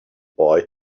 boy